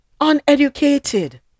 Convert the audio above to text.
uneducated